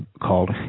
called